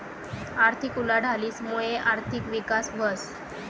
आर्थिक उलाढालीस मुये आर्थिक विकास व्हस